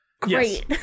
Great